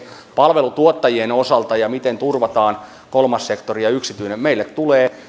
palvelutuottajien osalta ja siitä miten turvataan kolmas sektori ja yksityinen meille tulee